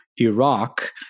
Iraq